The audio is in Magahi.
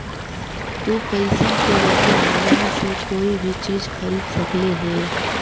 तु पईसा के बदले बजार से कोई भी चीज खरीद सकले हें